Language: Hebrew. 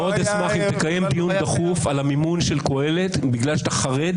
תקיים דיון דחוף על המימון של קהלת כי אתה חרד